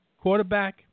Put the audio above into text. Quarterback